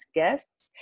guests